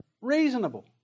Reasonable